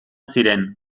ziren